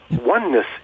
oneness